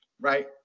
right